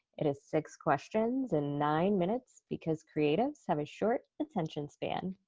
it is six questions in nine minutes because creatives have a short attention span.